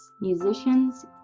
musicians